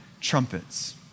trumpets